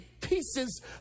pieces